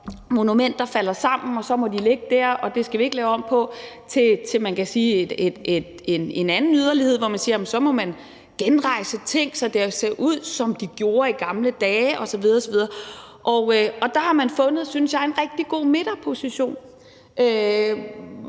monumenter falder sammen, og så må de ligge der, og det skal vi ikke lave om på, og en anden yderlighed, hvor man siger, at man må genrejse ting, så de ser ud, som de gjorde i gamle dage osv. osv. Der har man fundet, synes jeg, en rigtig god midterposition, hvor